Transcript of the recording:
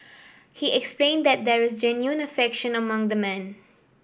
he explain that there is genuine affection among the men